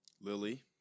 Lily